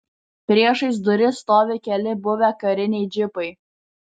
priešais duris stovi keli buvę kariniai džipai